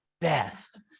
best